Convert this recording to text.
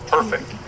Perfect